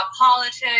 politics